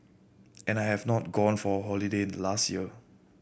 and I have not gone for holiday last year